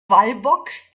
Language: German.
wallbox